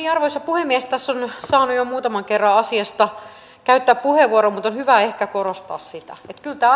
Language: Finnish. arvoisa puhemies tässä on saanut jo muutaman kerran asiasta käyttää puheenvuoron mutta on hyvä ehkä korostaa sitä että kyllä tämä